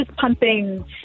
pumping